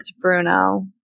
Bruno